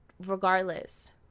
regardless